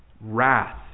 wrath